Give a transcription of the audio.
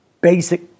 basic